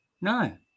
No